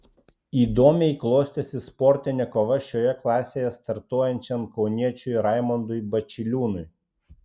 įdomiai klostėsi sportinė kova šioje klasėje startuojančiam kauniečiui raimondui bačiliūnui